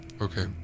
Okay